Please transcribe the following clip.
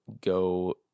go